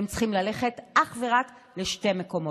הם צריכים ללכת אך ורק לשני מקומות,